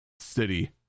city